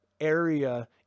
area